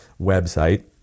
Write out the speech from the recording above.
website